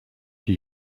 die